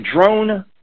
drone